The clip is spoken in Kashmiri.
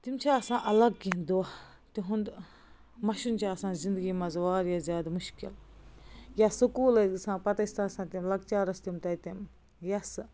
تِم چھِ آسان الگ کیٚنٛہہ دۄہ تِہُنٛد مَشُن چھُ آسان زندگی منٛز واریاہ زیادٕ مُشکِل یا سُکوٗل ٲسۍ گَژھان پتہٕ أسۍ تَتہِ آسان تِم لۄکچارس تِم تَتہِ یَسہٕ